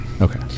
Okay